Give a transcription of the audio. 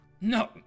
No